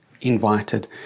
invited